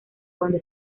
cuando